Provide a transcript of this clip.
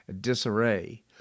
disarray